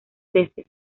veces